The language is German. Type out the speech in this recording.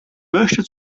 möchte